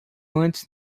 antes